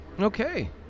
Okay